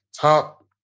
top